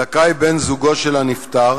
זכאי בן-זוגו של הנפטר